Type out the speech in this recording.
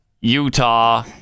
Utah